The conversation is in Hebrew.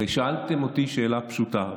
הרי שאלתם אותי שאלה פשוטה,